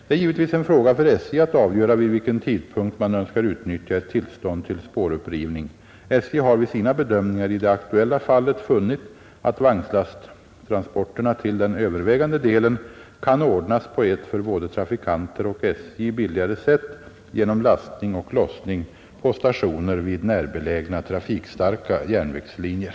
Det är givetvis en fråga för SJ att avgöra vid vilken tidpunkt man önskar utnyttja ett tillstånd till spårupprivning. SJ har vid sina bedömningar i det aktuella fallet funnit att vagnslasttransporterna till den övervägande delen kan ordnas på ett för både trafikanter och SJ billigare sätt genom lastning och lossning på stationer vid närbelägna trafikstarka järnvägslinjer.